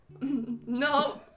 No